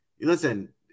listen